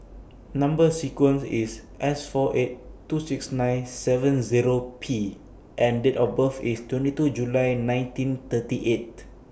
Number sequence IS S four eight two six nine seven Zero P and Date of birth IS twenty two July nineteen thirty eight